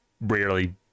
rarely